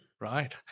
Right